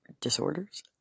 disorders